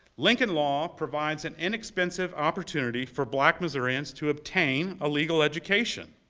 lincoln law provides an inexpensive opportunity for black missourians to obtain a legal education.